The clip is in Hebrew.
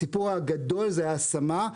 הסיפור הגדול הוא ההשמה,